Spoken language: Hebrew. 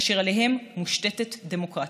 אשר עליהם מושתתת דמוקרטיה.